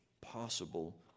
possible